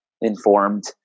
informed